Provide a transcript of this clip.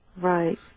Right